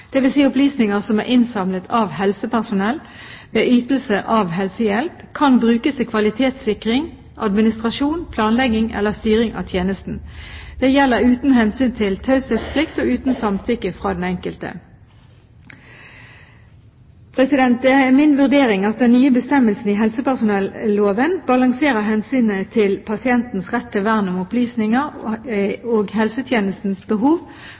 opplysninger som er innsamlet av helsepersonell ved ytelse av helsehjelp – kan brukes til kvalitetssikring, administrasjon, planlegging eller styring av tjenesten. Det gjelder uten hensyn til taushetsplikt og uten samtykke fra den enkelte. Det er min vurdering at den nye bestemmelsen i helsepersonelloven på en god måte balanserer hensynet til pasientens rett til vern om opplysninger og helsetjenestens behov